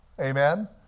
Amen